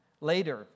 Later